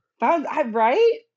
Right